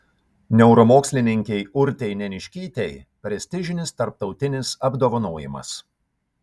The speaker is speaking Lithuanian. neuromokslininkei urtei neniškytei prestižinis tarptautinis apdovanojimas